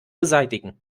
beseitigen